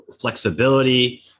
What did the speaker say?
flexibility